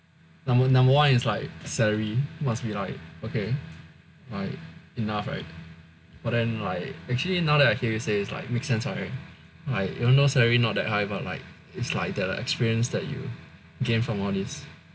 number number one is like salary must be like okay like enough right but then like actually now that I hear you say is like make sense [what] right like even though salary not that high but like it's like the experience that you gain from all these